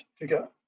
figure